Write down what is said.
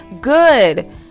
good